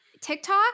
TikTok